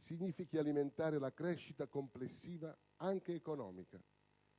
significhi alimentare la crescita complessiva anche economica